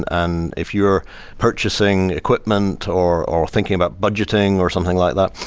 and if you're purchasing equipment or or thinking about budgeting, or something like that.